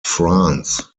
france